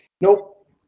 nope